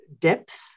depth